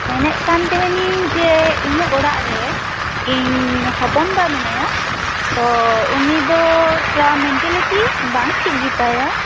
ᱢᱮᱱᱮᱜ ᱠᱟᱱ ᱛᱟᱦᱮᱸ ᱱᱤᱧ ᱡᱮ ᱤᱧᱟᱹᱜ ᱚᱲᱟᱜ ᱨᱮ ᱤᱧ ᱦᱚᱯᱚᱱᱵᱟ ᱢᱮᱱᱟᱭᱟ ᱛᱚ ᱩᱱᱤᱫᱚ ᱛᱷᱚᱨᱟ ᱢᱮᱱᱴᱮᱞᱤᱴᱤ ᱵᱟᱝ ᱴᱷᱤᱠ ᱜᱮᱛᱟᱭᱟ